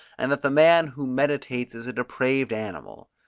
and that the man who meditates is a depraved animal.